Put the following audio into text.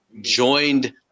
joined